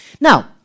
Now